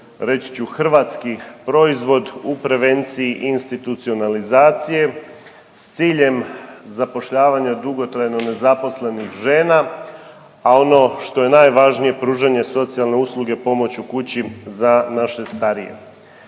reći ću hrvatski proizvod u prevenciji institucionalizacije s ciljem zapošljavanja dugotrajno nezaposlenih žena, a ono što je najvažnije pružanja socijalne usluge pomoć u kući za naše starije.